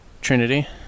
Trinity